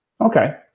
Okay